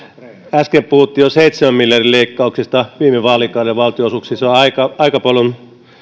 äsken puhuttiin jo seitsemän miljardin leikkauksista viime vaalikauden valtionosuuksiin se aika aika paljon